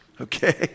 okay